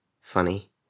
Funny